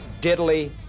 diddly